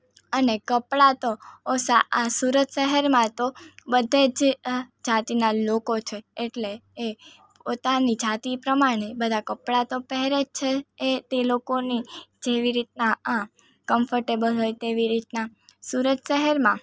અને કપડાં તો ઓસા આ સુરત શહેરમાં તો બધે જ જાતિના લોકો છે એટલે એ પોતાની જાતિ પ્રમાણે બધા કપડં તો પહેરે જ છે એ તે લોકોની જેવી રીતના આ કમ્ફર્ટેબલ તેવી રીતના સુરત શહેરમાં